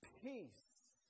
peace